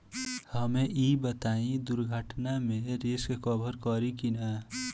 हमके ई बताईं दुर्घटना में रिस्क कभर करी कि ना?